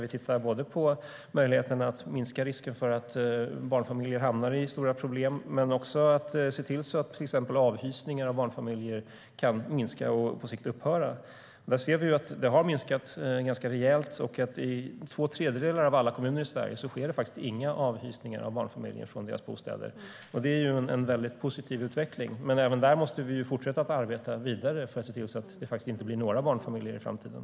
Vi tittar på möjligheten att minska risken för att barnfamiljer hamnar i stora problem, men det gäller till exempel också att se till att avhysningar av barnfamiljer kan minska och på sikt upphöra. Vi ser att det har minskat ganska rejält. I två tredjedelar av alla kommuner i Sverige sker det faktiskt inga avhysningar av barnfamiljer från deras bostäder. Det är en positiv utveckling. Men även där måste vi fortsätta och arbeta vidare, för att se till att det inte blir några barnfamiljer i framtiden.